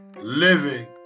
living